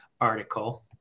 article